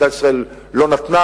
מדינת ישראל לא נתנה